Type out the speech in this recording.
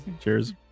Cheers